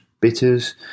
bitters